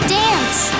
dance